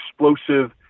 explosive